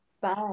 bye